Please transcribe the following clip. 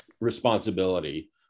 responsibility